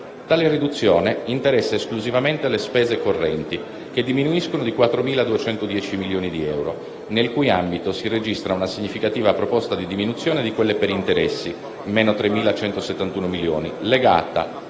Tale riduzione interessa esclusivamente le spese correnti, che diminuiscono di 4.210 milioni di euro, nel cui ambito si registra una significativa proposta di diminuzione di quelle per interessi (meno 3.171 milioni), legata